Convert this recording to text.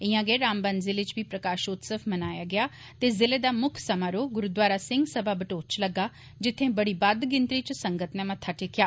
इयां गै रामबन ज़िले च बी प्रकाशोत्सव मनाया गेआ ते ज़िले दा मुक्ख समारोह गुरूद्वारा सिंह समा बटोत च लग्गा जित्थै बड़ी बद्द गिनत्री च संगत नै मत्था टेकेआ